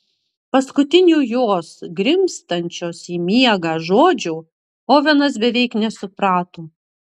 paskutinių jos grimztančios į miegą žodžių ovenas beveik nesuprato